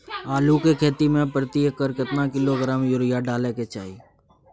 आलू के खेती में प्रति एकर केतना किलोग्राम यूरिया डालय के चाही?